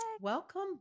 Welcome